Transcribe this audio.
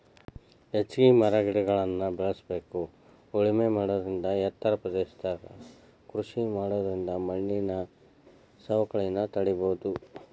ಹೆಚ್ಚಿಗಿ ಮರಗಿಡಗಳ್ನ ಬೇಳಸ್ಬೇಕು ಉಳಮೆ ಮಾಡೋದರಿಂದ ಎತ್ತರ ಪ್ರದೇಶದಾಗ ಕೃಷಿ ಮಾಡೋದರಿಂದ ಮಣ್ಣಿನ ಸವಕಳಿನ ತಡೇಬೋದು